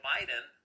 Biden